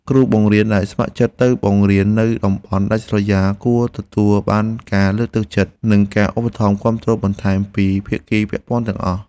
គ្រូបង្រៀនដែលស្ម័គ្រចិត្តទៅបង្រៀននៅតំបន់ដាច់ស្រយាលគួរទទួលបានការលើកទឹកចិត្ត និងការឧបត្ថម្ភគាំទ្របន្ថែមពីភាគីពាក់ព័ន្ធទាំងអស់។